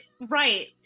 right